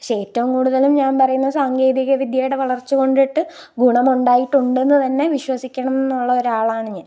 പക്ഷെ ഏറ്റവും കൂടുതൽ ഞാന് പറയുന്നത് സാങ്കേതികവിദ്യയുടെ വളര്ച്ചക്കൊണ്ടിട്ട് ഗുണം ഉണ്ടായിട്ടുണ്ടെന്ന് തന്നെ വിശ്വസിക്കണം എന്നുള്ള ഒരാളാണ് ഞാന്